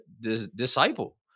disciple